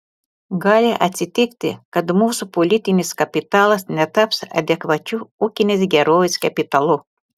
gali atsitikti kad mūsų politinis kapitalas netaps adekvačiu ūkinės gerovės kapitalu